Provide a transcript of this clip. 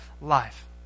life